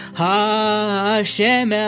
Hashem